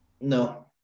no